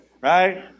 Right